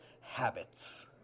habits